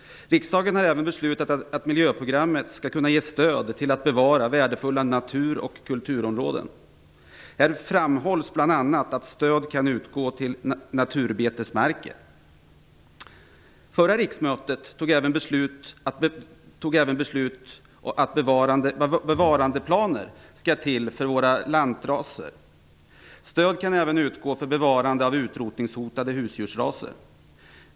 Riksdagen har även beslutat att miljöprogrammet skall ges stöd för bevarande av värdefulla natur och kulturområden. Här framhålls bl.a. att stöd kan utgå till naturbetesmarker. Förra riksmötet fattade även beslut om bevarandeplaner för lantraser. Stöd kan även utgå för bevarande av utrotningshotade husdjursraser.